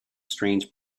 strange